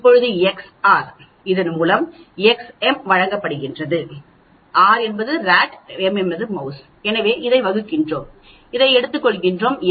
இப்போது XR இதன் மூலம் XM வழங்கப்படுகிறது எனவே இதை வகுக்கிறோம் இதை எடுத்துக்கொள்கிறோம்